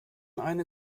eine